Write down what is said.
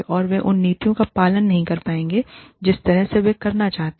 और वे उन नीतियों का पालन नहीं कर पाएंगे जिस तरह से वे करना चाहते हैं